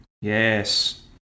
Yes